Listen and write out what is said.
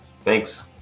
Thanks